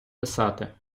писати